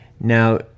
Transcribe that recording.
Now